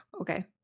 Okay